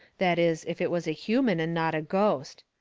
that is, if it was a human and not a ghost.